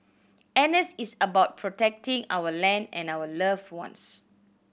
N S is about protecting our land and our loved ones